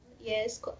yes